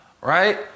right